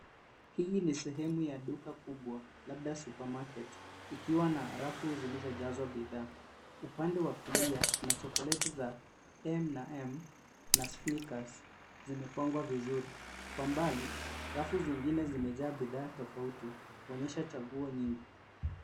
Hii ni sehemu ya duka kubwa labda supermarket ikiwa na rafu zilizo jazwa bidhaa , upande wa kulia kuna chokoleti za m&m[cs na sneakers zimepangwa vizuri kwa mbali rafu zingine zimejaa bidhaa tofauti kuonyesha chaguo nyingi.